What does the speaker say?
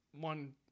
one